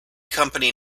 company